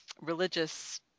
religious